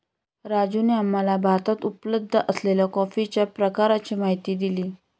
राजूने आम्हाला भारतात उपलब्ध असलेल्या कॉफीच्या प्रकारांची माहिती दिली